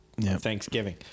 Thanksgiving